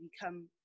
become